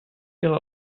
ihre